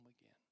again